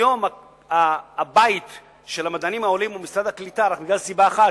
היום הבית של המדענים העולים הוא משרד הקליטה רק בגלל סיבה אחת,